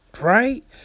right